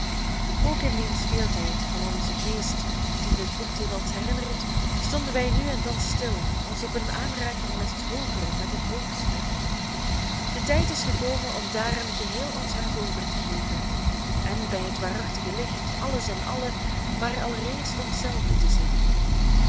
ook in dien speeltijd van onzen geest dien dit boekdeel ons herinnert stonden wij nu en dan stil als op een aanraking met het hoogere met het hoogste de tijd is gekomen om daaraan geheel ons hart over te geven en bij het waarachtige licht alles en allen maar allereerst onszelven te zien